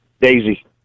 Daisy